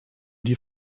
die